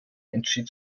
entschied